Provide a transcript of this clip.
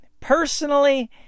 Personally